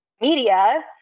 media